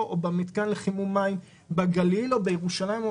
או במתקן לחימום מים בגליל או בירושלים,